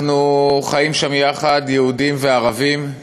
אנחנו חיים שם יחד, יהודים וערבים,